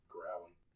Growling